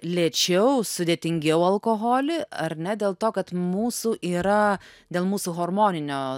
lėčiau sudėtingiau alkoholį ar ne dėl to kad mūsų yra dėl mūsų hormoninio